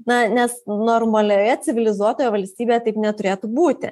na nes normalioje civilizuotoje valstybėje taip neturėtų būti